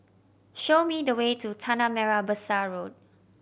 show me the way to Tanah Merah Besar Road